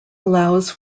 allows